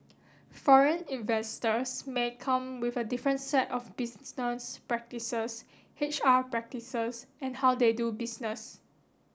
foreign investors may come with a different set of practices H R practices and how they do business